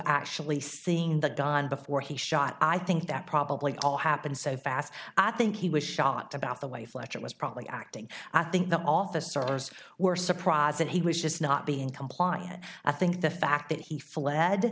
actually seen that done before he shot i think that probably all happened so fast i think he was shot to about the way fletcher was probably acting i think the officers were surprised that he was just not being compliant i think the fact that he fled